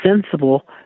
sensible